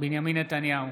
בנימין נתניהו,